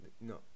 no